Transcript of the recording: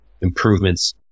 improvements